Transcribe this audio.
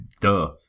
duh